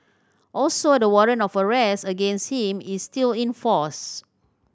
also the warrant of arrest against him is still in force